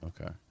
Okay